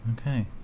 Okay